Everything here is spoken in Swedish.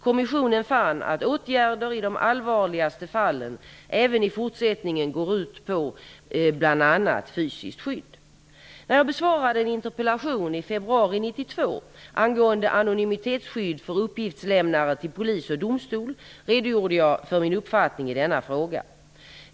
Kommissionen fann att åtgärder i de allvarligaste fallen även i fortsättningen bör gå ut på bl.a. fysiskt skydd. När jag besvarade en interpellation i februari 1992 angående anonymitetsskydd för uppgiftslämnare till polis och domstol redogjorde jag för min uppfattning i denna fråga.